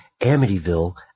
Amityville